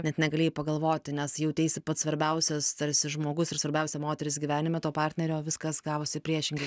net negalėjai pagalvoti nes jauteisi pats svarbiausias tarsi žmogus ir svarbiausia moteris gyvenime to partnerio viskas gavosi priešingai